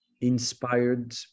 inspired